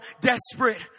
desperate